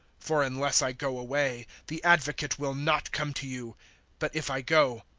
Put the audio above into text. for unless i go away, the advocate will not come to you but if i go,